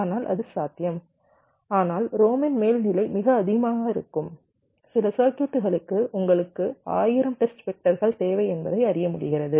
ஆனால் அது சாத்தியம் ஆனால் ROM இன் மேல்நிலை மிக அதிகமாக இருக்கும் சில சர்க்யூட்களுக்கு உங்களுக்கு 1000 டெஸ்ட் வெக்டர்கள் தேவை என்பதை அறிய முடிகிறது